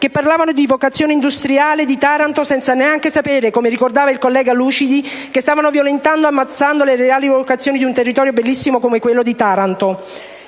che parlavano di vocazione industriale di Taranto senza neanche sapere, come ricordava il collega Lucidi, che stavano violentando e ammazzando le reali vocazioni di un territorio bellissimo come quello di Taranto.